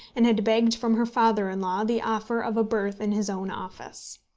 and had begged from her father-in-law the offer of a berth in his own office.